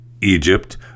Egypt